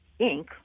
Inc